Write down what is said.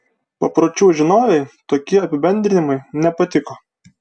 papročių žinovei tokie apibendrinimai nepatiko